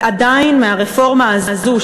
ועדיין מהרפורמה הזאת,